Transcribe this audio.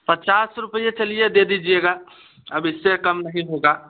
पचास रुपये चलिए दे दीजिएगा अब इससे कम नहीं होगा